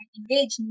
engage